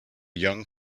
young